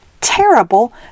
terrible